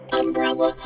umbrella